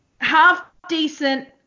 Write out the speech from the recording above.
Half-decent